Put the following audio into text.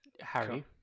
Harry